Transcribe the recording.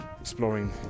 exploring